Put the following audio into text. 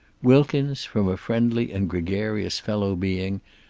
wilkins, from a friendly and gregarious fellow-being,